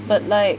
but like